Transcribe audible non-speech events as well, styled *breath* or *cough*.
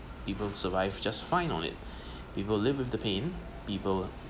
people survived just fine on it *breath* we will live with the pain people